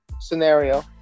scenario